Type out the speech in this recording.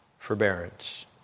Forbearance